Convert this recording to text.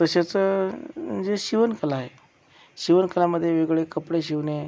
तसेच जे शिवणकला आहे शिवणकलामध्ये वेगवेगळे कपडे शिवणे